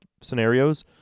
scenarios